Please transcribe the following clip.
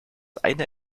eine